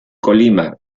colima